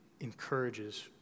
encourages